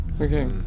Okay